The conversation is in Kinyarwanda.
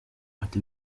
ati